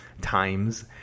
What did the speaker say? times